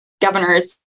governor's